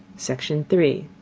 section three.